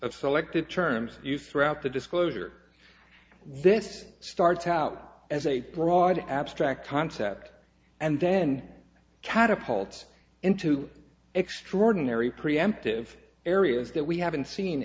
of selective terms used throughout the disclosure this starts out as a broad abstract concept and then catapult into extraordinary preemptive areas that we haven't seen